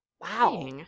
Wow